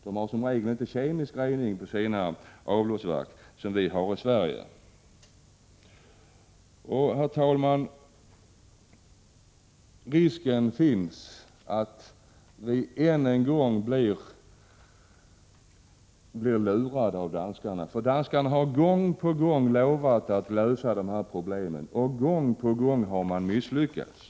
De har som regel inte kemisk rening i sina avloppsverk som vi har i Sverige. Herr talman! Risken finns att vi än en gång blir lurade av danskarna. Danskarna har gång på gång lovat att lösa de här problemen, och gång på gång har de misslyckats.